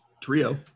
trio